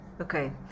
Okay